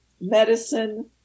medicine